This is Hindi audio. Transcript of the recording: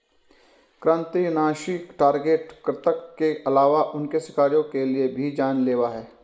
कृन्तकनाशी टारगेट कृतंक के अलावा उनके शिकारियों के लिए भी जान लेवा हैं